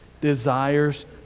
desires